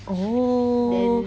oh